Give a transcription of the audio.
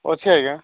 ଅଛି ଆଜ୍ଞା